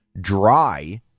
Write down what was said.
dry